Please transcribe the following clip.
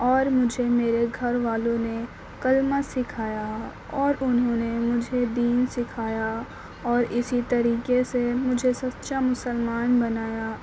اور مجھے میرے گھر والوں نے کلمہ سکھایا اور انہوں نے مجھے دین سکھایا اور اسی طریقے سے مجھے سچا مسلمان بنایا